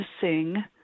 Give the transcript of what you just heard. sing